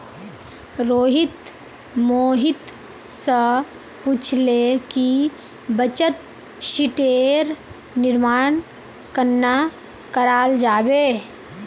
रोहित मोहित स पूछले कि बचत शीटेर निर्माण कन्ना कराल जाबे